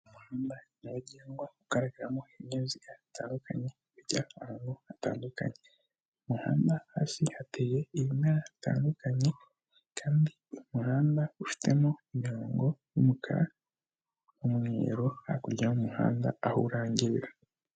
Umuhanda nyabagendwa ugaragaramo ibinyabiziga bitandukanye bijya ahantu hatandukanye umuhanda hasi hateye ibimera bitandukanye kandi uyu muhanda ufitemo imirongo y'umukara, umweru hakurya y'umuhanda aho urangirira.